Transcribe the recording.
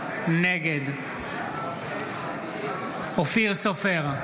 נגד אופיר סופר,